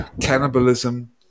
Cannibalism